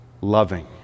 loving